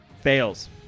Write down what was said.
fails